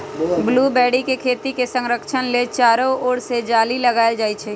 blueberry के खेती के संरक्षण लेल चारो ओर से जाली लगाएल जाइ छै